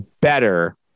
better